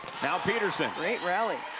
now petersen great rally